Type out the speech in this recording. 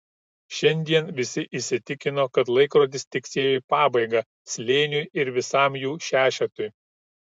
šiandien visi įsitikino kad laikrodis tiksėjo į pabaigą slėniui ir visam jų šešetui